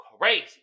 Crazy